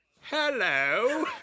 hello